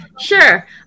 Sure